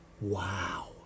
Wow